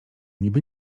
niby